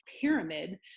pyramid